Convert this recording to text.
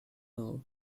nerve